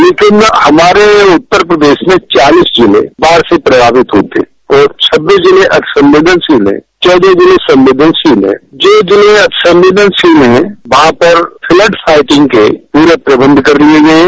लेकिन हमारे उत्तर प्रदेश में चालीस जिले बाढ़ से प्रभावित हए थे और छब्बीस जिले अतिसंवेदनशील है चौदह जिले संवेदनशील है जो जिले अतिसंवेदनशील है वहां पर फ्लट आईटीन के पूरे प्रबंध कर लिये गये हैं